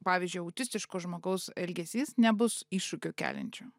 pavyzdžiui autistiško žmogaus elgesys nebus iššūkio keliančio